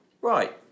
Right